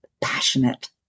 passionate